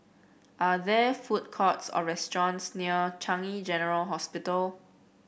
are there food courts or restaurants near Changi General Hospital